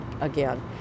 again